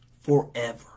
Forever